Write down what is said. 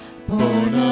Born